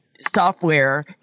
software